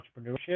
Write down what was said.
entrepreneurship